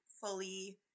fully